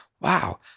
wow